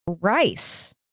rice